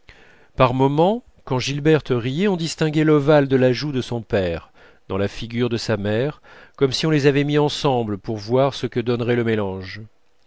par moments quand gilberte riait on distinguait l'ovale de la joue de son père dans la figure de sa mère comme si on les avait mis ensemble pour voir ce que donnerait le mélange